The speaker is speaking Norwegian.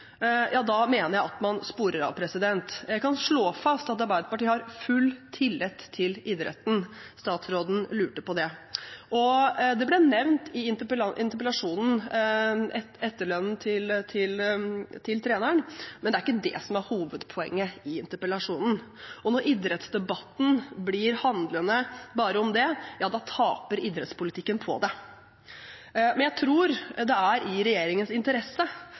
da mener jeg at man sporer av. Jeg kan slå fast at Arbeiderpartiet har full tillit til idretten. Statsråden lurte på det. Det ble nevnt i interpellasjonen etterlønnen til treneren. Det er ikke det som er hovedpoenget i interpellasjonen. Når idrettsdebatten blir handlende bare om det, ja, da taper idrettspolitikken på det. Jeg tror det er i regjeringens interesse